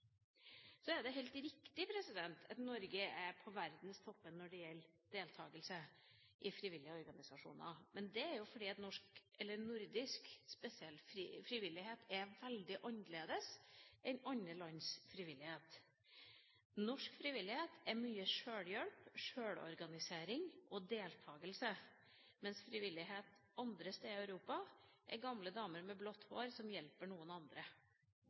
Så er det helt riktig at Norge er på verdenstoppen når det gjelder deltakelse i frivillige organisasjoner, men det er jo fordi nordisk frivillighet er veldig annerledes enn andre lands frivillighet. Norsk frivillighet er mye sjølhjelp, sjølorganisering og deltakelse, mens frivillighet andre steder i Europa er gamle damer med blått hår som hjelper noen andre.